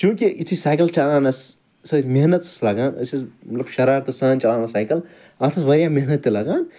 چونٛکہ یُتھے سایکل چلاونَس سۭتۍ محنت ٲسۍ لَگان أسۍ ٲسۍ مطلب شَرارتہٕ سان چَلاوان سایکَل اَتھ ٲسۍ واریاہ محنت تہِ لَگان